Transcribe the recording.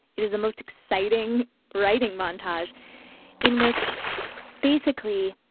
it is the most exciting writing montage in which basically.